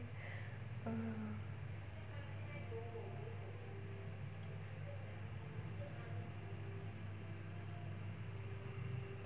err